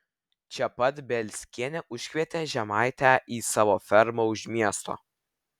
čia pat bielskienė užkvietė žemaitę į savo fermą už miesto